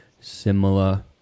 similar